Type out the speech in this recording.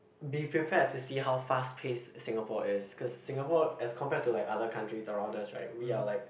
be prepared to see how fast pace Singapore as because Singapore as compare to like other country surround us right we are like